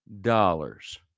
dollars